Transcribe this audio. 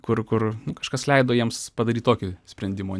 kur kur kažkas leido jiems padaryti tokį sprendimo